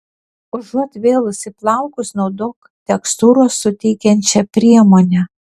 užuot vėlusi plaukus naudok tekstūros suteikiančią priemonę